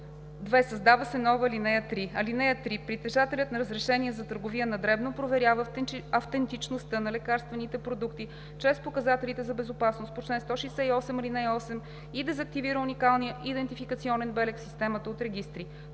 2. Създава се нова ал. 3: „(3) Притежателят на разрешение за търговия на дребно проверява автентичността на лекарствените продукти чрез показателите за безопасност по чл. 168, ал. 8 и дезактивира уникалния идентификационен белег в системата от регистри.“